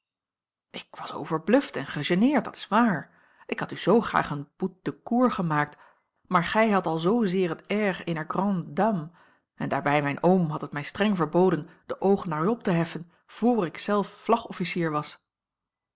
ik was overbluft en gegeneerd dat is waar ik had u zoo graag een bout de cour gemaakt maar gij hadt al zoozeer het air eener grande dame en daarbij mijn oom had het mij streng verboden de oogen naar u op te heffen vr ik zelf vlagofficier was